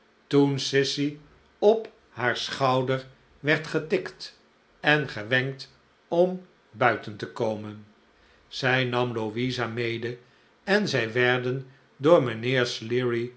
toen sissy op haar schouder werd getikt en gewenkt om buiten te komen zij nam louisa mede en zij werden door mijnheer sleary